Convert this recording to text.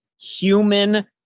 human